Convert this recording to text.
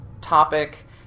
topic